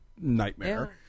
nightmare